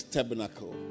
Tabernacle